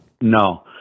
no